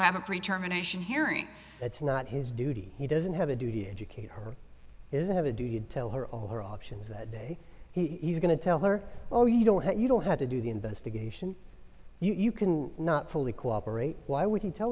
have a three terminations hearing that's not his duty he doesn't have a duty educate her is they have a duty to tell her all her options that day he's going to tell her oh you don't you don't have to do the investigation you can not fully cooperate why would you tell